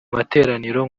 materaniro